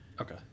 okay